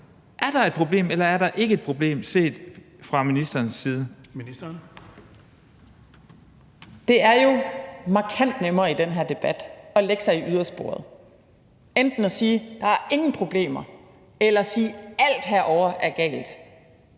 og forskningsministeren (Ane Halsboe-Jørgensen): Det er jo markant nemmere i den her debat at lægge sig i ydersporet – enten at sige, at der ingen problemer er, eller at sige, at alt herovre er galt.